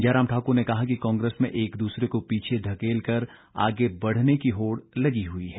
जयराम ठाक्र ने कहा कि कांग्रेस में एक दूसरे को पीछे धकेल कर आगे बढ़ने की होड लगी हई है